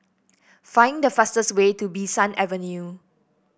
find the fastest way to Bee San Avenue